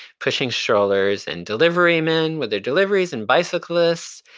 pushing strollers. and delivery men with their deliveries, and bicyclists.